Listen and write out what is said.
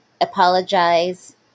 apologize